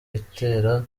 itera